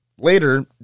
Later